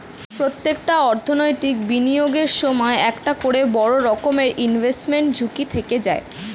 প্রত্যেকটা অর্থনৈতিক বিনিয়োগের সময় একটা করে বড় রকমের ইনভেস্টমেন্ট ঝুঁকি থেকে যায়